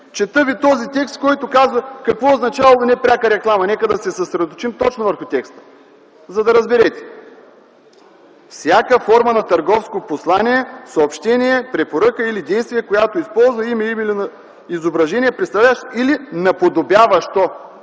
Чета ви този текст, който казва какво означавало „Непряка реклама”. Нека да се съсредоточим точно върху текста, за да разберете: „Всяка форма на търговско послание, съобщение, препоръка или действие, която използва име и/или изображение, представляващо или наподобяващо